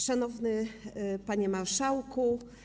Szanowny Panie Marszałku!